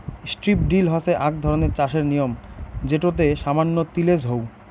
strip drill হসে আক ধরণের চাষের নিয়ম যেটোতে সামান্য তিলেজ হউ